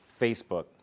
Facebook